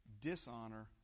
dishonor